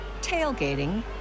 tailgating